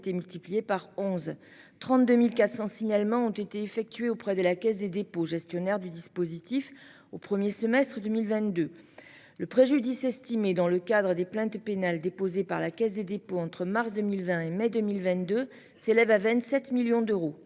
au CPF ont été multipliés par 11, 32.400 signalements ont été effectués auprès de la Caisse des dépôts, gestionnaire du dispositif au 1er semestre 2022. Le préjudice estimé dans le cadre des plaintes pénales déposées par la Caisse des dépôts, entre mars 2020 et mai 2022 s'élève à 27 millions d'euros